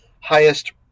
highest